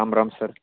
रामराम सर